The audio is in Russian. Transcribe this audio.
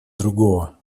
другого